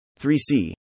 3c